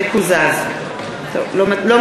(קוראת בשמות חברי הכנסת) יצחק כהן,